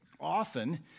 Often